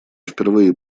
впервые